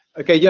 okay. yeah,